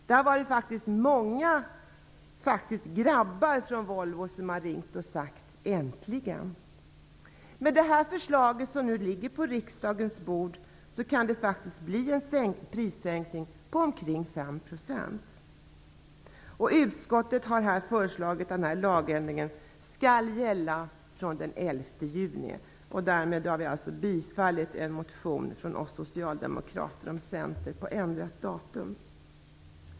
Det har faktiskt varit många grabbar från Volvo som har ringt och sagt: Äntligen! Med det förslag som nu ligger på riksdagens bord kan det faktiskt bli det en prissänkning på omkring 5 %. Utskottet har föreslagit att denna lagändring skall gälla från den 11 juni och har därmed bifallit en motion från Socialdemokraterna och Centern om ändrat datum.